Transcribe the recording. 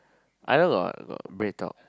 I on got got BreadTalk